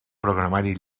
programari